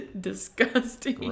Disgusting